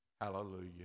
Hallelujah